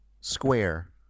square